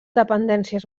dependències